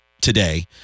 today